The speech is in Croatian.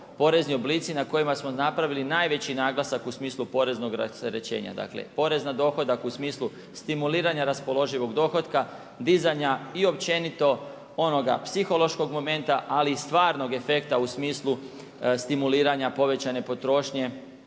porezni oblici na kojima smo napravili najveći naglasak u smislu poreznog rasterećenja. Dakle, porez na dohodak u smislu stimuliranja raspoloživog dohotka, dizanja i općenito, onoga psihološkog momenta, ali stvarnog efekta u smislu stimuliranja povećanje potrošnje